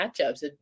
matchups